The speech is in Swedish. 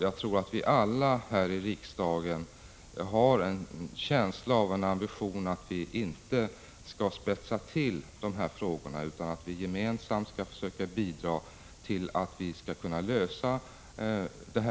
Jag tror att vi alla här i riksdagen har en känsla av och en ambition att vi inte skall spetsa till de här frågorna utan att vi gemensamt skall försöka bidra till en lösning.